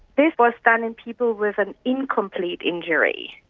this was done in people with an incomplete injury.